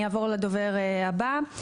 אני אעבור לדובר הבא.